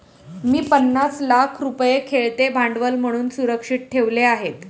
मी पन्नास लाख रुपये खेळते भांडवल म्हणून सुरक्षित ठेवले आहेत